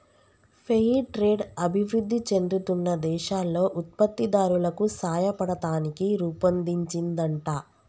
fair trade అభివృధి చెందుతున్న దేశాల్లో ఉత్పత్తి దారులకు సాయపడతానికి రుపొన్దించిందంట